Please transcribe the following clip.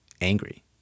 angry